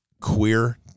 queer